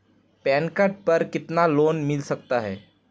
Pan card पर कितना loan मिल सकता है?